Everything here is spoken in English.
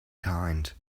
kind